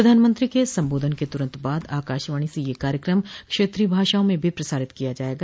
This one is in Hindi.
प्रधानमंत्री के संबोधन के तुरंत बाद आकाशवाणी से यह कार्यक्रम क्षेत्रीय भाषाओं में भी प्रसारित किया जाएगा